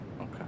Okay